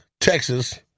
Texas